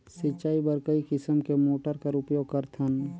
सिंचाई बर कई किसम के मोटर कर उपयोग करथन?